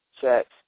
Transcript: checks